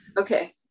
Okay